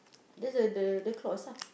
that's the the clause ah